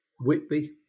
Whitby